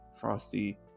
Frosty